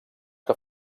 que